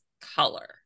color